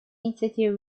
инициативы